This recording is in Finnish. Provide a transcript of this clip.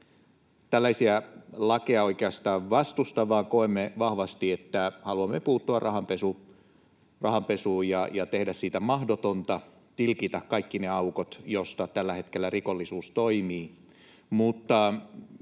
tällaisia lakeja oikeastaan vastusta, vaan koemme vahvasti, että haluamme puuttua rahanpesuun ja tehdä siitä mahdotonta, tilkitä kaikki ne aukot, joista tällä hetkellä rikollisuus toimii.